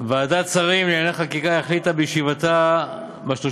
ועדת שרים לענייני חקיקה החליטה בישיבתה ב-30